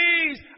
please